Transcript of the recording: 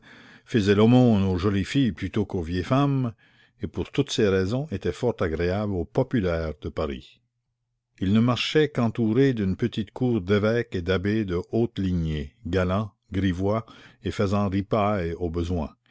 faisait l'aumône aux jolies filles plutôt qu'aux vieilles femmes et pour toutes ces raisons était fort agréable au populaire de paris il ne marchait qu'entouré d'une petite cour d'évêques et d'abbés de hautes lignées galants grivois et faisant ripaille au besoin